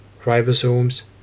ribosomes